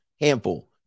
Handful